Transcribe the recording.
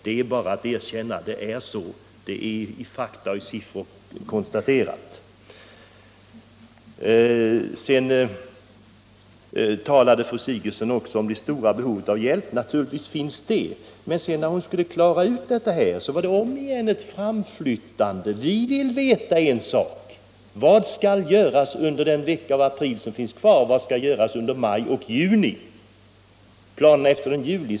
Det är bara att erkänna. Det är ett faktum som är konstaterat i siffror. Fru Sigurdsen talade om det stora behovet av u-hjälp. Naturligtvis finns detta behov, men när hon talade om att tillgodose det var det omigen fråga om ett framflyttande. Vi vill veta en sak: Vad skall göras under den vecka av april som finns kvar? Vad skall göras under maj och juni? Vilka är planerna efter juli?